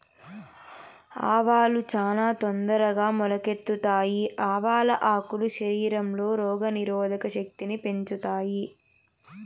ఆవాలు చానా తొందరగా మొలకెత్తుతాయి, ఆవాల ఆకులు శరీరంలో రోగ నిరోధక శక్తిని పెంచుతాయి